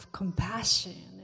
compassion